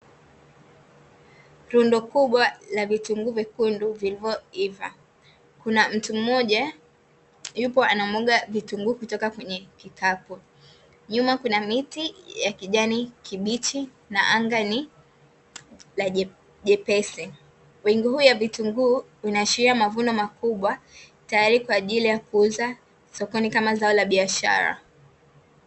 rundo kubwa la vitunguu vyekundu vilivyoiva kuna mtu mmoja yupo anamwaga vitunguu kutoka kwenye kikapu, nyuma kuna miti ya kijani kibichi na anga ni la jepesi . wingi huu wa vitunguu ikiashiria mavuno makubwa tayari kwa kuuza sokoni kamazao la biashara.